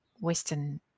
Western